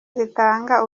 zitanga